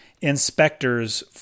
inspectors